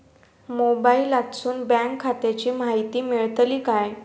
मोबाईलातसून बँक खात्याची माहिती मेळतली काय?